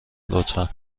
لطفا